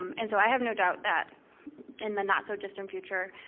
um and so i have no doubt that in the not so distant future,